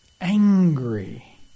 angry